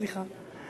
סליחה.